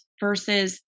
Versus